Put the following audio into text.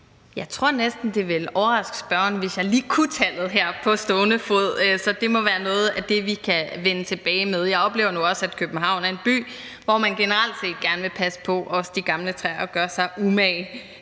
Jeg tror næsten, det ville overraske spørgeren, hvis jeg lige kunne tallet her på stående fod. Det må være noget af det, vi kan vende tilbage med. Jeg oplever nu også, at København er en by, hvor man generelt set gerne vil passe på også de gamle træer og gøre sig umage